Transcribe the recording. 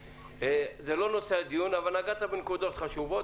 זה לא נושא הדיון אבל נגעת בנקודות חשובות,